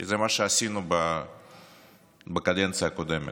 כי זה מה שעשינו בקדנציה הקודמת,